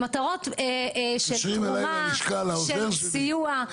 הן מטרות של תמורה, של סיוע.